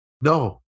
no